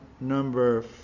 Number